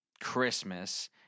Christmas